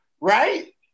right